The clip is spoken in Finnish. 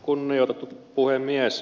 kunnioitettu puhemies